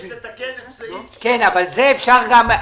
יש לתקן את סעיף 16. צריך להתייחס לזה.